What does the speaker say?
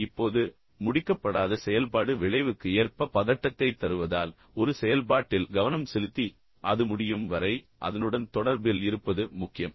இப்போது முடிக்கப்படாத செயல்பாடு விளைவுக்கு ஏற்ப பதட்டத்தைத் தருவதால் ஒரு செயல்பாட்டில் கவனம் செலுத்தி அது முடியும் வரை அதனுடன் தொடர்பில் இருப்பது முக்கியம்